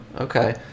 Okay